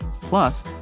Plus